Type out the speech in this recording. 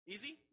Easy